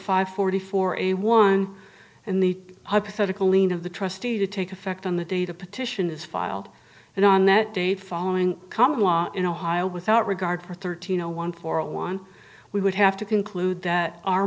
five forty four a one in the hypothetical lien of the trustee to take effect on the day to petition is filed and on that date following common law in ohio without regard for thirteen zero one four zero one we would have to conclude that our